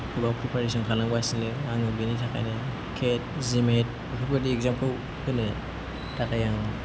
पुरा प्रिपेरेसन खालामगासिनो आङो बेनि थाखायनो केट जिमेट बेफोरबायदि एक्जामखौ होनो थाखाय आं